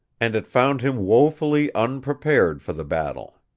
and it found him woefully unprepared for the battle.